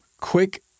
quick